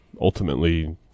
ultimately